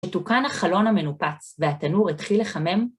תוקן החלון המנופץ, והתנור התחיל לחמם...